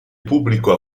pubblico